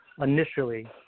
initially